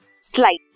slide